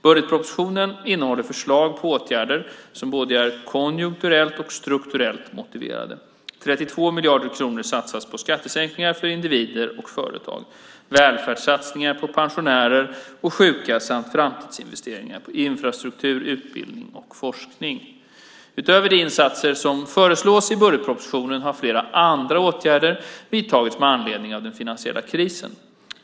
Budgetpropositionen innehåller förslag på åtgärder som är både konjunkturellt och strukturellt motiverade. 32 miljarder kronor satsas på skattesänkningar för individer och företag, välfärdssatsningar på pensionärer och sjuka samt framtidsinvesteringar på infrastruktur, utbildning och forskning. Utöver de insatser som föreslås i budgetpropositionen har flera åtgärder vidtagits med anledning av den finansiella krisen.